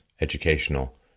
educational